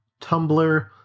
Tumblr